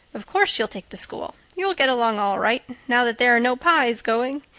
of course you'll take the school. you'll get along all right, now that there are no pyes going.